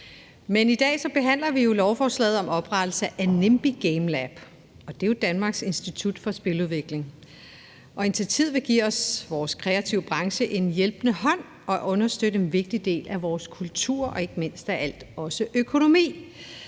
Man i dag behandler vi jo lovforslaget om oprettelsen af Nimbi Gamelab, og det er jo Danmarks nye institut for spiludvikling. Initiativet vil give vores kreative branche en hjælpende hånd og understøtte en vigtig del af vores kultur og ikke mindst også vores økonomi.